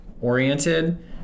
oriented